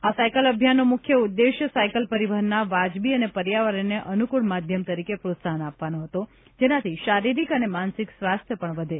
આ સાયકલ અભિયાનનો મુખ્ય ઉદ્દેશ્ય સાયકલ પરિવહનનાં વાજબી અને પર્યાવરણને અનુકૂળ માધ્યમ તરીકે પ્રોત્સાહન આપવાનો હતો જેનાથી શારીરિક અને માનસિક સ્વાસ્થ્ય પણ વધે